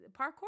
parkour